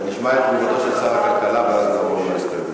אמרתי לך.